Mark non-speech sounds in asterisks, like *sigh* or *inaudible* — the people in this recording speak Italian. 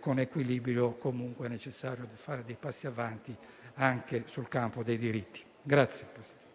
con equilibrio, è comunque necessario fare passi avanti anche nel campo dei diritti. *applause*